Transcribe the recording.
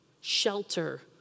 shelter